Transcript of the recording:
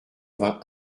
vingt